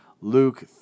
Luke